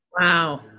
Wow